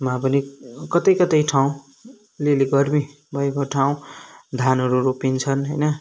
मा पनि कतै कतै ठाउँ अलि अलि गर्मी भएको ठाउँ धानहरू रोपिन्छन् होइन